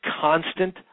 constant